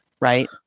Right